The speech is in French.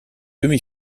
demi